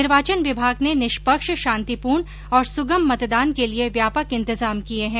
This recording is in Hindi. निर्वाचन विभाग ने निष्पक्ष शांतिपूर्ण और सुगम मतदान के लिए व्यापक इन्तजाम किए है